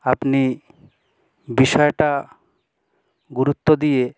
আপনি বিষয়টা গুরুত্ব দিয়ে